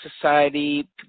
society